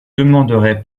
demanderai